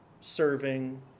serving